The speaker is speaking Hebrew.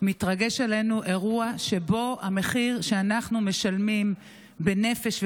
מתרגש עלינו אירוע שבו המחיר שאנחנו משלמים בנפש,